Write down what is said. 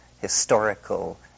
historical